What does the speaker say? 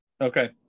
okay